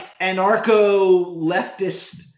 anarcho-leftist